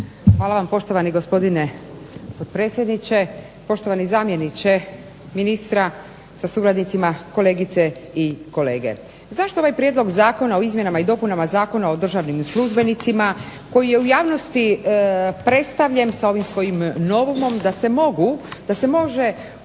Hvala vam, poštovani gospodine predsjedniče. Poštovani zamjeniče ministra sa suradnicima, kolegice i kolege. Zašto ovaj Prijedlog zakona o izmjenama i dopunama Zakona o državnim službenicima koji je u javnosti predstavljen sa ovim svojim novumom da se može određeni